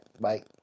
Bye